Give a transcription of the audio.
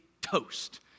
toast